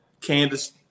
Candace